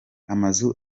amazu